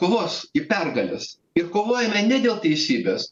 kovos į pergalės ir kovojame ne dėl teisybės